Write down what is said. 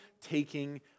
taking